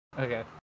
okay